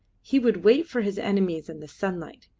he would wait for his enemies in the sunlight,